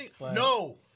No